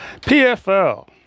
pfl